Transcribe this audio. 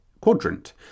quadrant